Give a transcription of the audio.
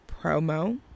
promo